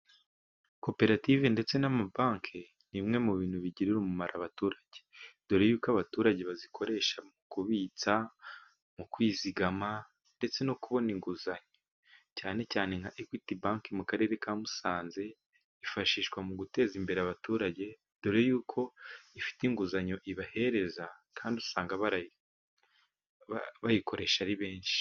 Koperative ndetse n'amabanki ni imwe mu bintu bigirira umumaro abaturage, dore yuko abaturage bazikoresha mu kubitsa mu kwizigama ndetse no kubona inguzanyo. Cyane cyane nka ekwiti bank, mu karere ka Musanze yifashishwa mu guteza imbere abaturage, dore yuko ifite inguzanyo ibahereza, kandi usanga bayikoresha ari benshi.